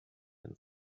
and